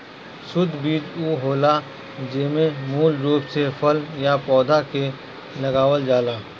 शुद्ध बीज उ होला जेमे मूल रूप से फल या पौधा के लगावल जाला